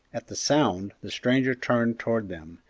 at the sound, the stranger turned towards them,